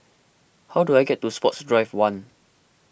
how do I get to Sports Drive one